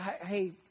hey